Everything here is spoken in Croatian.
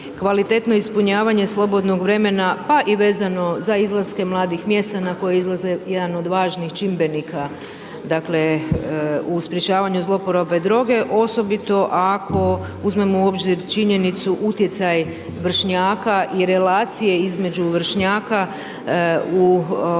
kvalitetno ispunjavanje slobodnog vremena pa i vezano za izlaske mladih, mjesta na kojih izlaze jedan od važnijih čimbenika dakle u sprječavanju zlouporabe droge osobito ako uzmemo u obzir činjenicu utjecaj vršnjaka i relacije između vršnjaka u dobi